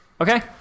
Okay